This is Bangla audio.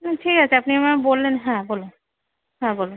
ঠিক আছে আপনি আমায় বললেন হ্যাঁ বলুন হ্যাঁ বলুন